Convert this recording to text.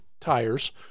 tires